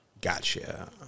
Gotcha